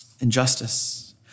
injustice